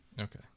Okay